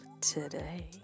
today